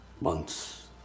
months